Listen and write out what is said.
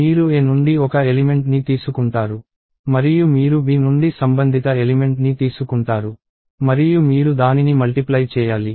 మీరు A నుండి ఒక ఎలిమెంట్ ని తీసుకుంటారు మరియు మీరు B నుండి సంబంధిత ఎలిమెంట్ ని తీసుకుంటారు మరియు మీరు దానిని మల్టిప్లై చేయాలి